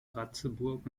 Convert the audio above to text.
ratzeburg